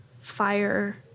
fire